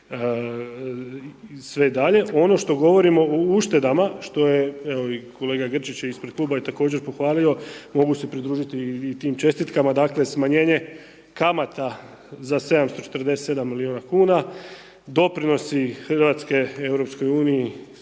sve dalje. Ono što govorimo o uštedama, što je, evo kolega Grčić je ispred kluba je također pohvalio, mogu se pridruž9iti tim čestitkama, dakle, smanjenje kamata za 747 milijuna kn, doprinosi Hrvatske EU,